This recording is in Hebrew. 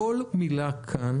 שכל מילה כאן